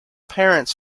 parents